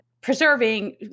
preserving